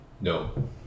no